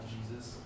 Jesus